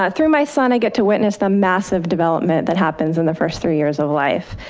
ah through my son, i get to witness the massive development that happens in the first three years of life.